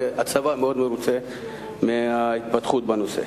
והצבא מאוד מרוצה מההתפתחות בנושא.